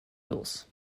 los